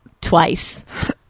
twice